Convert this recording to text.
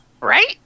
right